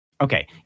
Okay